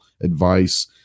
advice